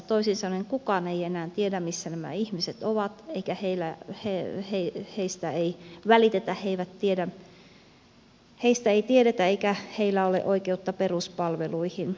toisin sanoen kukaan ei enää tiedä missä nämä ihmiset ovat heistä ei välitetä heistä ei tiedetä eikä heillä ole oikeutta peruspalveluihin